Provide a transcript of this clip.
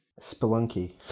Spelunky